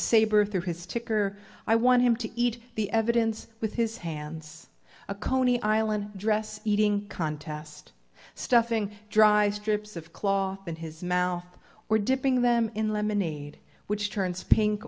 saber through his ticker i want him to eat the evidence with his hands a coney island dress eating contest stuffing dr strips of cloth in his mouth or dipping them in lemonade which turns pink